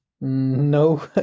No